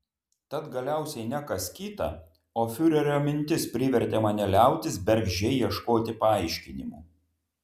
tad galiausiai ne kas kita o fiurerio mintis privertė mane liautis bergždžiai ieškoti paaiškinimų